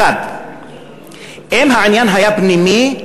1. אם העניין היה פנימי,